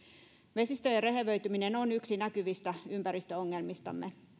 vesistöjen rehevöityminen on yksi näkyvistä ympäristöongelmistamme